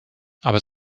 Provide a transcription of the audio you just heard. aber